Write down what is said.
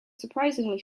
surprisingly